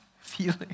feeling